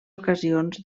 ocasions